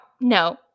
No